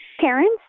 parents